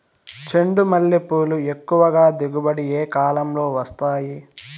చెండుమల్లి పూలు ఎక్కువగా దిగుబడి ఏ కాలంలో వస్తాయి